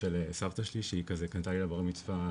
של סבתא שלי שהיא קנתה לי לבר מצווה,